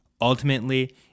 Ultimately